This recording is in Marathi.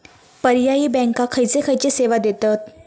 पर्यायी बँका खयचे खयचे सेवा देतत?